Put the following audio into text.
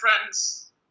friends